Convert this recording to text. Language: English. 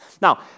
Now